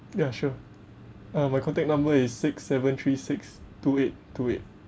ya sure uh my contact number is six seven three six two eight two eight